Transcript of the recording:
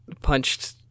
punched